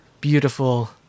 beautiful